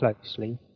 closely